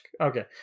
Okay